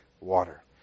water